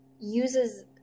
uses